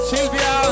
Silvia